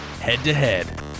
head-to-head